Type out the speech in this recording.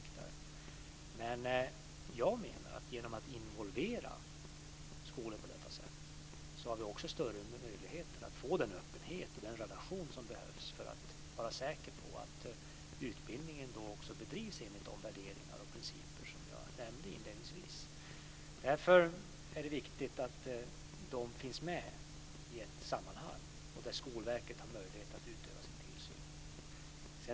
Jag menar dock att vi genom att involvera skolor på detta sätt också har större möjligheter att få den öppenhet och den relation som behövs för att vi ska vara säkra på att utbildningen också bedrivs enligt de värderingar och principer som jag inledningsvis nämnde. Det är därför viktigt att de finns med i ett sammanhang där Skolverket har möjlighet att utöva sin tillsyn.